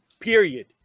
Period